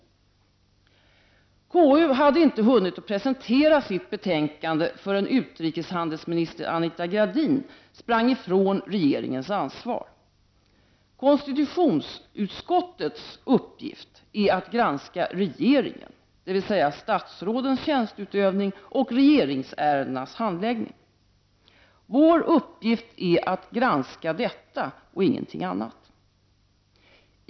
KU hade inte ens hunnit presentera sitt betänkande förrän utrikeshandelsminister Anita Gradin sprang ifrån regeringens ansvar. Konstitutionsutskottets uppgift är att granska regeringen, dvs. statsrådens tjänsteutövning och regeringsärendenas handläggning. Vår uppgift är att granska detta och ingenting annat.